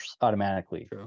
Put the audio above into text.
automatically